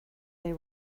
they